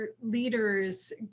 leaders